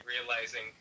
realizing